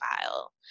file